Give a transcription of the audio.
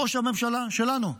ראש הממשלה שלנו,